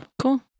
Cool